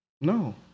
No